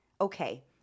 okay